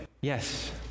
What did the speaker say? yes